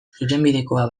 zuzenbidekoa